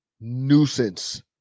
nuisance